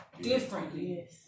differently